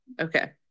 Okay